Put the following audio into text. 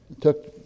took